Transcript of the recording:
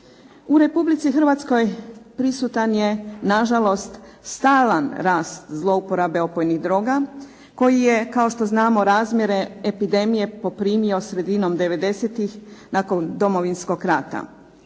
U Republici Hrvatskoj prisutan je na žalost stalan rast zlouporabe opojnih droga koji je razmjere epidemije poprimio sredinom 90-tih nakon Domovinskog rata.